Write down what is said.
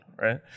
right